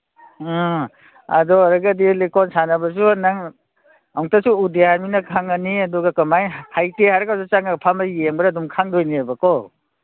ꯑꯥ ꯑꯗꯨ ꯑꯣꯏꯔꯒꯗꯤ ꯂꯤꯀꯣꯟ ꯁꯥꯟꯅꯕꯁꯨ ꯅꯪ ꯑꯝꯇꯁꯨ ꯎꯗꯦ ꯍꯥꯏꯕꯅꯤꯅ ꯈꯪꯉꯅꯤ ꯑꯗꯨꯒ ꯀꯃꯥꯏ ꯍꯩꯇꯦ ꯍꯥꯏꯔꯒꯁꯨ ꯆꯪꯉ ꯐꯝꯃ ꯌꯦꯡꯕꯗ ꯑꯗꯨꯝ ꯈꯪꯗꯣꯏꯅꯦꯕꯀꯣ